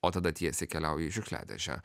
o tada tiesiai keliauja į šiukšliadėžę